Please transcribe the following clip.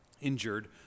Injured